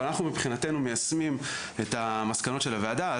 אבל אנחנו מבחינתנו מיישמים את המסקנות של הוועדה.